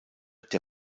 der